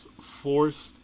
forced